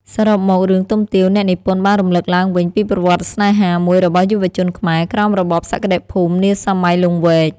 សរុបមករឿងទុំទាវអ្នកនិពន្ធបានរំលឹកឡើងវិញពីប្រវត្តិស្នេហាមួយរបស់យុវជនខ្មែរ ក្រោមរបបសក្តិភូមិនាសម័យលង្វែក ។